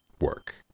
work